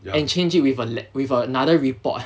and change it with uh le~ with another report eh